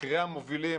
בכירי המובילים,